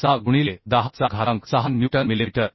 06 गुणिले 10 चा घातांक 6 न्यूटन मिलिमीटर